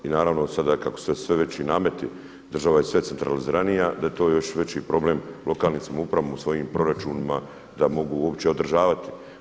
I naravno sada kada su sve veći nameti, država je sve centraliziranija, da je to još veći problem lokalnim samoupravama u svojim proračunima da mogu uopće održavati.